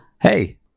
Hey